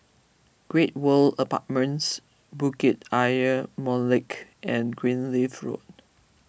Great World Apartments Bukit Ayer Molek and Greenleaf Road